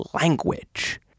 language